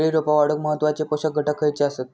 केळी रोपा वाढूक महत्वाचे पोषक घटक खयचे आसत?